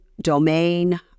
domain